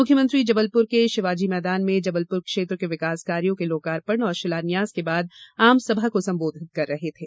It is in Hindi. मुख्यमंत्री जबलपुर के शिवाजी मैदान में जबलपुर क्षेत्र के विकास कार्यों के लोकार्पण और शिलान्यास के बाद आम सभा को संबोधित कर रहे थे